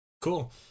Cool